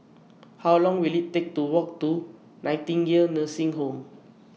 How Long Will IT Take to Walk to Nightingale Nursing Home